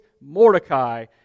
Mordecai